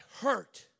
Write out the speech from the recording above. hurt